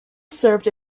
served